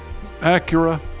Acura